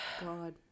God